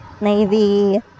navy